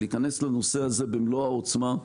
להיכנס לנושא הזה במלוא העוצמה,